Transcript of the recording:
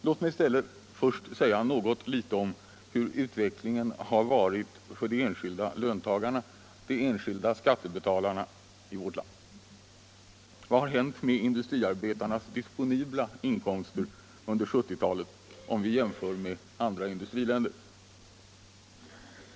Låt mig först säga någonting om hur utvecklingen varit för de enskilda löntagarna, de enskilda skattebetalarna i vårt land. Vad har hänt med industriarbetarens disponibla inkomster under 1970-talet, om de jämförs med motsvarande inkomstutveckling i några andra industriländer?